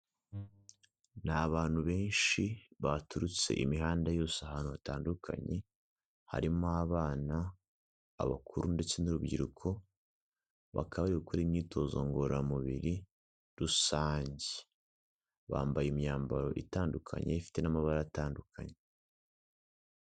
Ni abantu benshi baturutse imihanda yose ahantu hatandukanye, harimo abana, abakuru ndetse n'urubyiruko, bakaba bari gukora imyitozo ngororamubiri rusange, bambaye imyambaro itandukanye ifite n'amabara atandukanye.